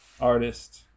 artist